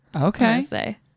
Okay